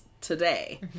today